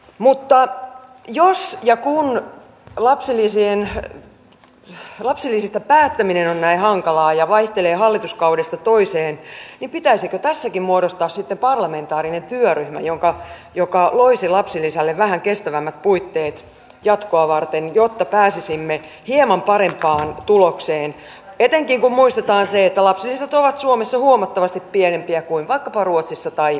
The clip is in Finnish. mutta jos ja kun lapsilisistä päättäminen on näin hankalaa ja vaihtelee hallituskaudesta toiseen niin pitäisikö tässäkin muodostaa sitten parlamentaarinen työryhmä joka loisi lapsilisälle vähän kestävämmät puitteet jatkoa varten jotta pääsisimme hieman parempaan tulokseen etenkin kun muistetaan se että lapsilisät ovat suomessa huomattavasti pienempiä kuin vaikkapa ruotsissa tai saksassa